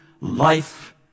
life